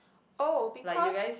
oh because